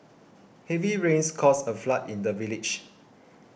heavy rains caused a flood in the village